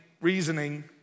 reasoning